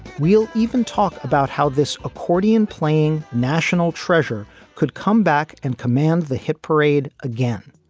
we'll even talk about how this accordion playing national treasure could comeback and command the hit parade again.